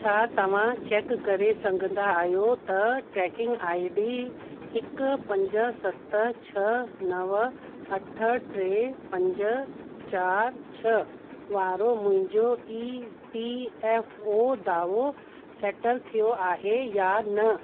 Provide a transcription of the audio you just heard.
छा तव्हां चेक करे संघंदा आहियो त ट्रैकिंग आई डी हिकु पंज सत छह नव अठ टे पंज चार छह वारो मुंहिंजो ई पी एफ़ ओ दावो सैटल थियो आहे या न